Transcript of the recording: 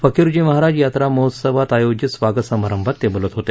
फकीरजी महाराज यात्रा महोत्सवात आयोजित स्वागत समारंभात ते बोलत होते